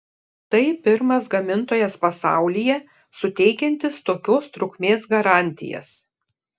tai pirmas gamintojas pasaulyje suteikiantis tokios trukmės garantijas